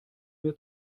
mir